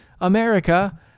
America